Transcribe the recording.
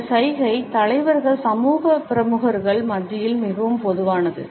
இந்த சைகை தலைவர்கள் சமூக பிரமுகர்கள் மத்தியில் மிகவும் பொதுவானது